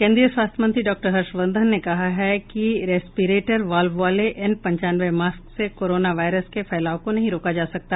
केन्द्रीय स्वास्थ्य मंत्री डॉक्टर हर्षवर्धन ने कहा है कि रेस्पिरेटर वॉल्व वाले एन पंचानवे मास्क से कोरोना वायरस के फैलाव को नहीं रोका जा सकता